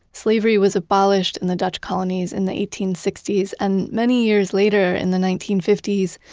slavery was abolished in the dutch colonies in the eighteen sixty s. and many years later in the nineteen fifty s,